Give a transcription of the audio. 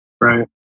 Right